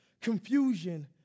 confusion